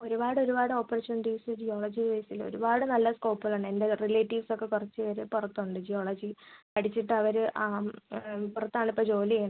ഒരുപാട് ഒരുപാട് opportunities geology വൈസിൽ ഒരുപാട് നല്ല സ്കോപ്പ് തന്നെ എൻ്റെ റിലേറ്റീവ്സ് ഒക്കെ കുറച്ച് പേര് പുറത്ത് ഉണ്ട് ജിയോളജി പഠിച്ചിട്ട് അവർ ആ പുറത്ത് ആണ് ഇപ്പോൾ ജോലി ചെയ്യുന്നത്